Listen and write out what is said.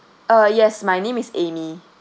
uh yes my name is amy